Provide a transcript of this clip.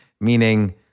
Meaning